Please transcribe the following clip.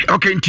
Okay